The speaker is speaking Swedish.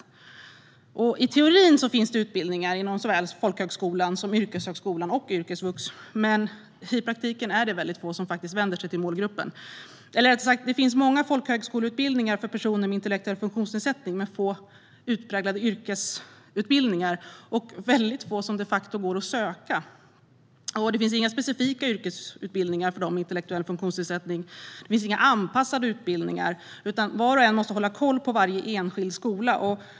I teorin finns det utbildningar inom såväl folkhögskolan som yrkeshögskolan och yrkesvux. Men i praktiken är det väldigt få som vänder sig till målgruppen. Eller rättare sagt: Det finns många folkhögskoleutbildningar för personer med intellektuell funktionsnedsättning, men få utpräglade yrkesutbildningar och väldigt få som de facto går att söka. Det finns inga specifika yrkesutbildningar för dem med intellektuell funktionsnedsättning. Det finns inga anpassade utbildningar, utan var och en måste hålla koll på varje enskild skola.